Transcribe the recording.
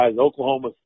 Oklahoma